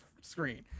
screen